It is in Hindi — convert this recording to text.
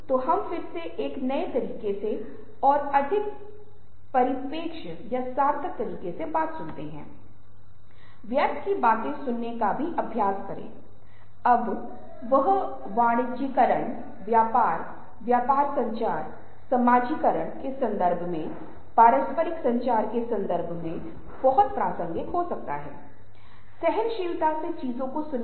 तो यह चिंतनशील संचारक मूल रूप से वे व्यक्ति हैं जो बहुत विनम्र हैं और वे कई बार सोचते हैं इससे पहले कि वे लोगों के साथ बातचीत करें उनके लिए संचार का प्राथमिक उद्देश्य संबंधों का रखरखाव और उन्नति है